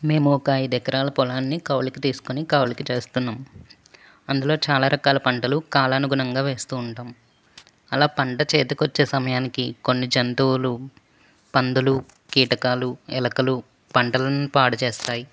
మేము ఒక ఐదు ఎకరాల పొలాన్ని కౌలుకి తీసుకొని కౌలుకు చేస్తున్నాం అందులో చాలా రకాల పంటలు కాలానుగుణంగా వేస్తూ ఉంటాం అలా పంట చేతికి వచ్చే సమయానికి కొన్ని జంతువులు పందులు కీటకాలు ఎలుకలు పంటలను పాడు చేస్తాయి